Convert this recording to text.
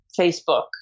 Facebook